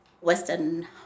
Western